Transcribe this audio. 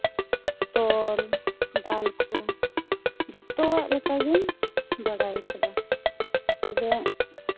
ᱛᱚᱞ ᱫᱟᱞ ᱠᱚ ᱡᱷᱚᱛᱚᱣᱟᱜ ᱞᱮᱠᱟ ᱜᱤᱧ ᱵᱟᱲᱟᱭ ᱠᱟᱫᱟ ᱛᱚᱵᱮ